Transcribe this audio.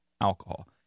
alcohol